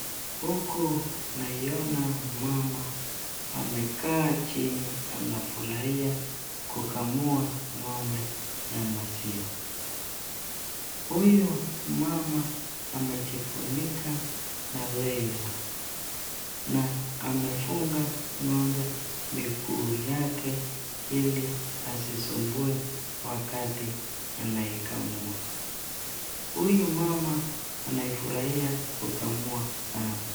Huku naiona mama amekaa chini anafurahia kukamua ng'ombe ya maziwa, huyu mama anajifunika na leso, na amefunga ng'ombe miguu yake ili asisumbue wakati anaikamua, huyu mama anafurahia kukamua sana.